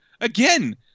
Again